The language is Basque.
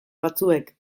batzuek